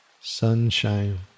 Sunshine